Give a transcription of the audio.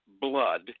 blood